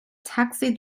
taxi